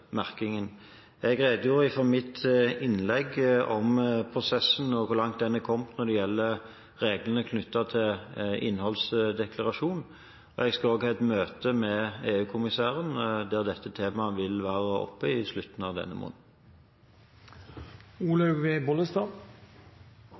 Jeg redegjorde i mitt innlegg for prosessen og for hvor langt den er kommet når det gjelder reglene knyttet til innholdsdeklarasjon. Jeg skal også ha et møte med EU-kommissæren i slutten av denne måneden, der dette temaet vil være